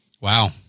Wow